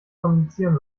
kommunizieren